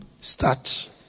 start